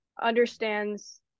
understands